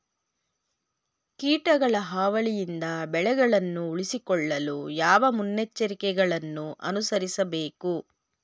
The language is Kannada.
ಕೀಟಗಳ ಹಾವಳಿಯಿಂದ ಬೆಳೆಗಳನ್ನು ಉಳಿಸಿಕೊಳ್ಳಲು ಯಾವ ಮುನ್ನೆಚ್ಚರಿಕೆಗಳನ್ನು ಅನುಸರಿಸಬೇಕು?